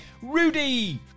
Rudy